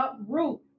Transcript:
uproot